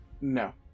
no